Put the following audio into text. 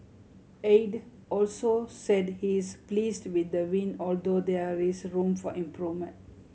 Aide also said he is pleased with the win although there is room for improvement